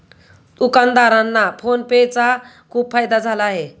दुकानदारांना PhonePe चा खूप फायदा झाला आहे